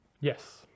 Yes